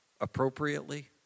appropriately